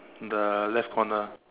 the left corner